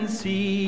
see